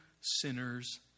sinner's